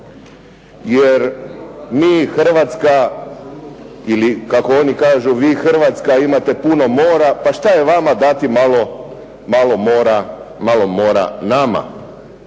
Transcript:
Jer mi Hrvatska ili kako oni kažu, vi Hrvatska imate puno mora, pa što je vama dati malo mora nama.